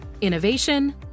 innovation